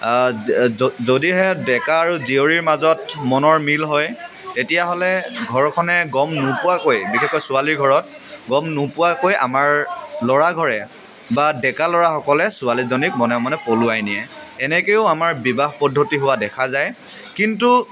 যদিহে ডেকা আৰু জীয়ৰীৰ মাজত মনৰ মিল হয় তেতিয়াহ'লে ঘৰখনে গম নোপোৱাকৈয়ে বিশেষকৈ ছোৱালীৰ ঘৰত গম নোপোৱাকৈয়ে আমাৰ ল'ৰাঘৰে বা ডেকাল'ৰাসকলে ছোৱালীজনীক মনে মনে পলুৱাই নিয়ে এনেকৈও আমাৰ বিবাহ পদ্ধতি হোৱা দেখা যায় কিন্তু